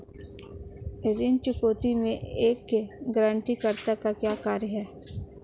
ऋण चुकौती में एक गारंटीकर्ता का क्या कार्य है?